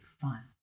fun